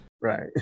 Right